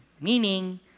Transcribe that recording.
Meaning